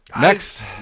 Next